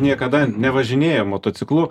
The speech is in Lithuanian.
niekada nevažinėja motociklu